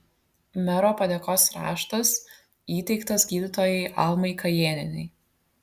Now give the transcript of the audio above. mero padėkos raštas įteiktas gydytojai almai kajėnienei